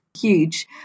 huge